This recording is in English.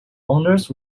owners